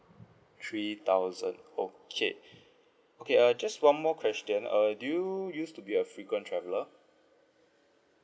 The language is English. three thousand okay okay uh just one more question err do you used to be a frequent traveller